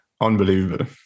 Unbelievable